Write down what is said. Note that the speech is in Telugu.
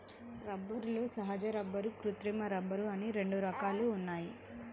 రబ్బరులో సహజ రబ్బరు, కృత్రిమ రబ్బరు అని రెండు రకాలు ఉన్నాయి